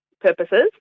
purposes